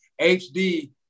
HD